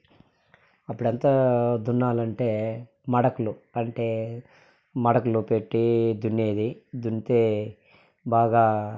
అప్పుడంతా దున్నాలంటే మడకలు అంటే మడకలు పెట్టి దున్నేది దున్నితే బాగా